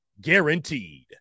guaranteed